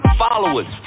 followers